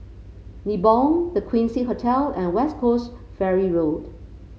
Nibong The Quincy Hotel and West Coast Ferry Road